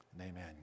Amen